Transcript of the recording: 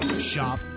Shop